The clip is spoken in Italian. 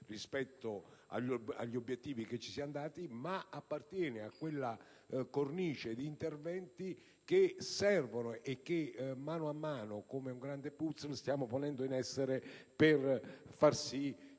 rispetto agli obiettivi che ci siamo dati, appartiene a quella cornice di interventi che servono e che mano a mano, come un grande *puzzle*, stiamo ponendo in essere per far sì